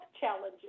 challenges